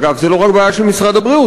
אגב, זה לא רק בעיה של משרד הבריאות.